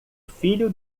filho